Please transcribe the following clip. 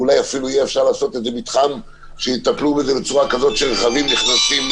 אולי אפילו יוכלו לעשות את זה כמתחם שרכבים נכנסים